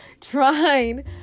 trying